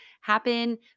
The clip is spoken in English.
happen